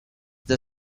the